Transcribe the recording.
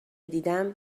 دیدم